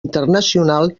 internacional